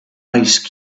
ice